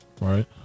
Right